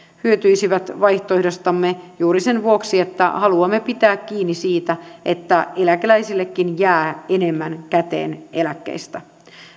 hyötyisivät vaihtoehdostamme juuri sen vuoksi että haluamme pitää kiinni siitä että eläkeläisillekin jää enemmän käteen eläkkeistä